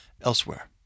elsewhere